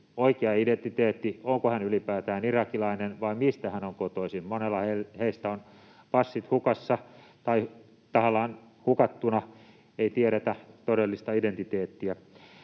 oikea identiteetti, onko hän ylipäätään irakilainen vai mistä hän on kotoisin. Monella heistä on passi hukassa tai tahallaan hukattuna, eikä tiedetä todellista identiteettiä.